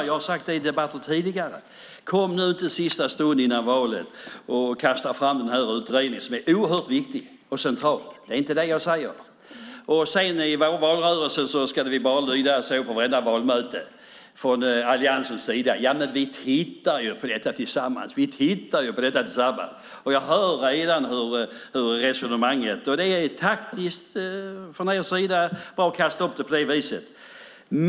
Jag har sagt detta i debatter tidigare: Kom nu inte i sista stund före valet och kasta fram denna utredning, som är så oerhört viktig och central! Jag säger inte att den är något annat. I valrörelsen får vi sedan höra på varenda valmöte från Alliansens sida att vi tittar på detta tillsammans. Jag hör redan hur resonemanget går. Det är taktiskt rätt från er sida att bara kasta upp det på det viset.